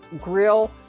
grill